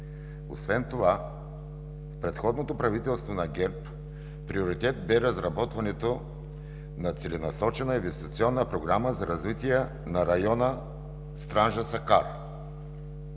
Освен това, при предходното правителство на ГЕРБ приоритет бе разработването на Целенасочена инвестиционна програма за развитие на района Странджа-Сакар.